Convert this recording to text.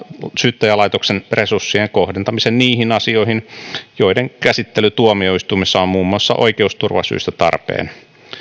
syyttäjälaitoksen resurssien kohdentamisen niihin asioihin joiden käsittely tuomioistuimessa on muun muassa oikeusturvasyistä tarpeen